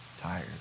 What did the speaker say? tired